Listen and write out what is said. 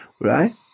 right